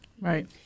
Right